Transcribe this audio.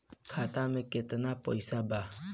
खाता में केतना पइसा बा?